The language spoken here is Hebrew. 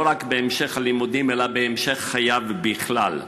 לא רק בהמשך הלימודים אלא בהמשך חייו בכלל.